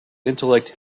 intellect